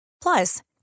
Plus